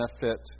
benefit